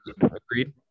Agreed